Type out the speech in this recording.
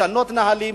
לשנות נהלים,